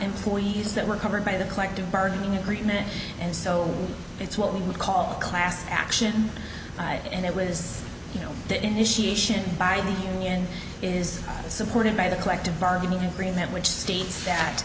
employees that were covered by the collective bargaining agreement and so it's what we would call a class action and it was you know the initiation by the union is supported by the collective bargaining agreement which state